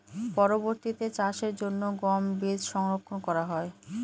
পরবর্তিতে চাষের জন্য গম বীজ সংরক্ষন করা হয়?